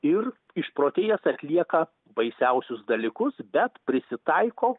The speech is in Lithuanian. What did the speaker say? ir išprotėjęs atlieka baisiausius dalykus bet prisitaiko